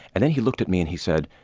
and then he looked at me and he said,